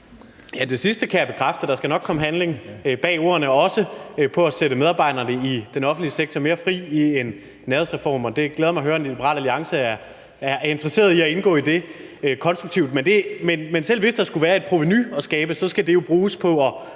Det sidste kan jeg bekræfte. Der skal nok komme handling bag ordene og også på at sætte medarbejderne i den offentlige sektor mere fri i en nærhedsreform, og det glæder mig at høre, at Liberal Alliance er interesseret i at indgå konstruktivt i det. Men selv hvis der skulle være et provenu at skabe, skal det jo bruges på at